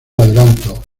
adelanto